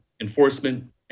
enforcement